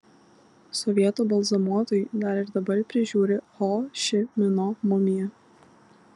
sovietų balzamuotojai dar ir dabar prižiūri ho ši mino mumiją